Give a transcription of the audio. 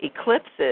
Eclipses